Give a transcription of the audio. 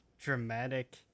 dramatic